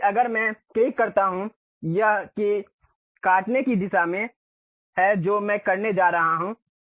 इसलिए अगर मैं क्लिक करता हूं कि यह काटने की दिशा है जो मैं करने जा रहा हूं